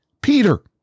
Peter